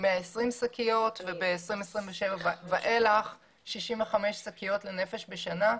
120 שקיות, וב-2027 ואילך 65 שקיות לנפש בשנה.